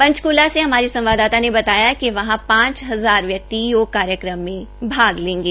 पंचकूला से हमारी संवाददाता ने बताया कि वहां पांच हजार व्यक्ति योग कार्यक्रम में भाग लेंगे